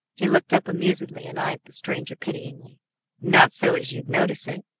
he looked up amusedly and eyed the stranger pitingly not so as you'd notice it,